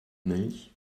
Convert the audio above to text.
milch